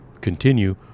continue